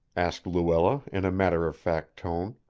asked luella in a matter-of-fact tone.